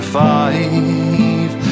five